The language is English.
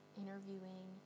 interviewing